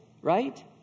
Right